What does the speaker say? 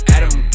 Adam